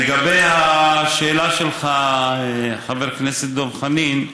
לגבי השאלה שלך, חבר הכנסת דב חנין,